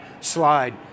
slide